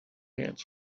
answered